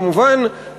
כמובן,